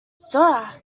zora